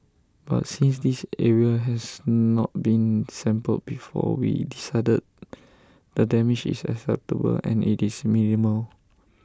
but since this area has not been sampled before we decided the damage is acceptable and IT is minimal